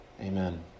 Amen